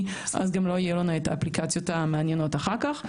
אז גם לא יהיו לנו את האפליקציות המעניינות אחר כך.